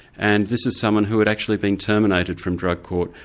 and this is someone who had actually been terminated from drug court,